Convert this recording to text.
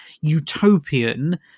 utopian